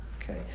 Okay